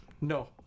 No